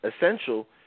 essential